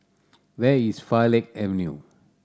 where is Farleigh Avenue